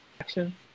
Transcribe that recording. action